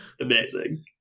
Amazing